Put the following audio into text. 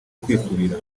kwikubira